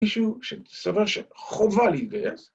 ‫איש שסבר שחובה להתגייס.